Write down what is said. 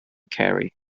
carry